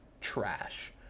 trash